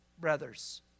brothers